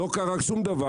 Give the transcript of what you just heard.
לא קרה דבר,